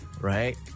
right